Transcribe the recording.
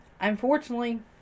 unfortunately